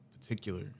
particular